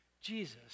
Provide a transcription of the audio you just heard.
Jesus